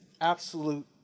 absolute